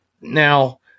Now